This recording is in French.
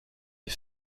est